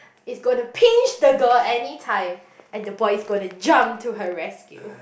is going to pinch the girl anytime and the boy is going to jump to her rescue